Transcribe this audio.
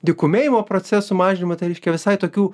dykumėjimo procesų mažinimu tai reiškia visai tokių